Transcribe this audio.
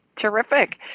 Terrific